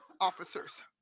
officers